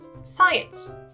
Science